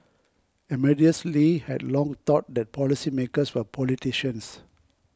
Amadeus Lee had long thought that policymakers were politicians